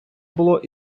було